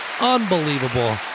unbelievable